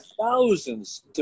thousands